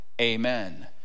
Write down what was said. amen